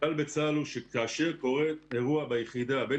הכלל בצבא הגנה לישראל הוא שכאשר קורה אירוע ביחידה אין